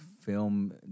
film